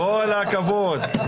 כל הכבוד.